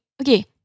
okay